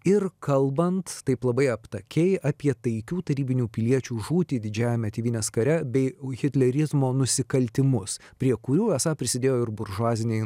ir kalbant taip labai aptakiai apie taikių tarybinių piliečių žūtį didžiajame tėvynės kare bei hitlerizmo nusikaltimus prie kurio esą prisidėjo ir buržuaziniai